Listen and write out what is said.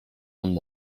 compte